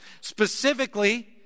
Specifically